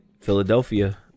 philadelphia